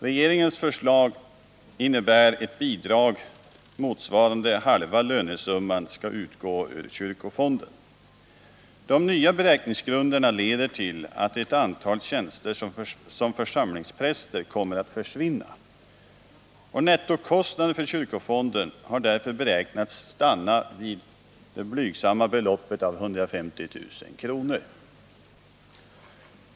Regeringens förslag innebär att ett bidrag motsvarande halva lönesumman skall utgå ur kyrkofonden. De nya beräkningsgrunderna leder till att ett antal tjänster som församlingspräster kommer att försvinna. Nettokostnaden för kyrkofonden har därför beräknats stanna vid det blygsamma beloppet av 150 000 kr.